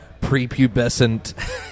prepubescent